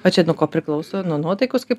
o čia nuo ko priklauso nuo nuotaikos kaip